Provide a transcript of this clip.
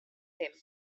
him